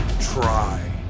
try